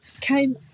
came